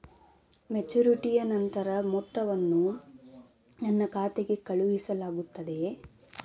ಮೆಚುರಿಟಿಯ ನಂತರ ಮೊತ್ತವನ್ನು ನನ್ನ ಖಾತೆಗೆ ಕಳುಹಿಸಲಾಗುತ್ತದೆಯೇ?